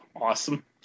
Awesome